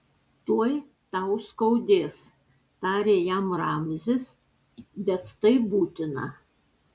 tuoj tau skaudės tarė jam ramzis bet tai būtina